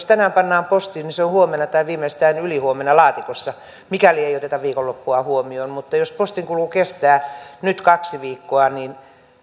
tänään pannaan postiin niin se on huomenna tai viimeistään ylihuomenna laatikossa mikäli ei oteta viikonloppua huomioon mutta jos postin kulku kestää nyt kaksi viikkoa niin